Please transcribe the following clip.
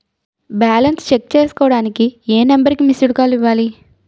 Balance check చేసుకోవటానికి ఏ number కి మిస్డ్ కాల్ ఇవ్వాలి?